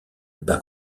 bat